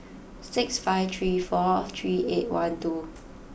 six five three four three eight one two